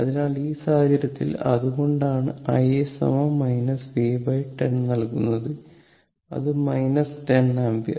അതിനാൽ ഈ സാഹചര്യത്തിൽ അതുകൊണ്ടാണ് i v10 നൽകുന്നത് അത് 10 ആമ്പിയർ